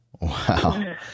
Wow